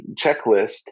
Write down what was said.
checklist